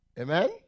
Amen